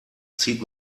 zieht